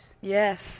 Yes